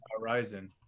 horizon